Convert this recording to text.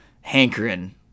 hankering